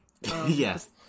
yes